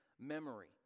memory